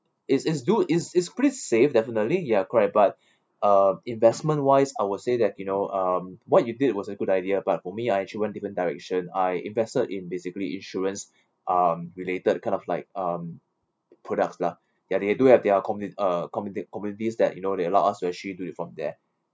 it's it's do is is pretty safe definitely ya correct but uh investment wise I would say that you know um what you did was a good idea but for me I actually went different direction I invested in basically insurance um related kind of like um products lah ya they do have their com~ uh commit~ communities that you know that allow us to actually do it from there